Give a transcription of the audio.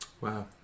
wow